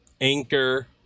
Anchor